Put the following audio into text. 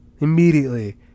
Immediately